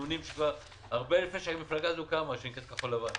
הרבה לפני שמפלגת כחול לבן קמה,